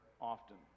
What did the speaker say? often